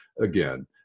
again